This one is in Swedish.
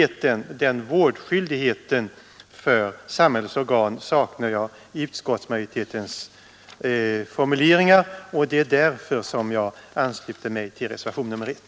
En sådan vårdskyldighet för samhällets organ saknar jag i utskottsmajoritetens formuleringar, och därför ansluter jag mig till reservationen 1.